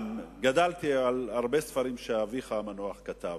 גדלתי על הרבה ספרים שאביך המנוח כתב,